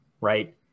right